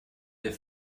der